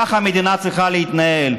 ככה מדינה צריכה להתנהל.